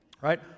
Right